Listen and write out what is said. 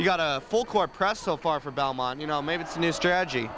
he got a full court press so far for belmont you know maybe it's new strategy